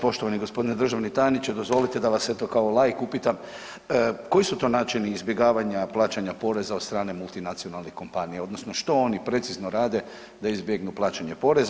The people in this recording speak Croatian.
Poštovani gospodine državni tajniče, dozvolite da vas eto kao laik upitam koji su to načini izbjegavanja plaćanja poreza od strane multinacionalnih kompanija, odnosno što oni precizno rade da izbjegnu plaćanje poreza.